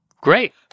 Great